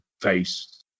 face